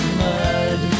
mud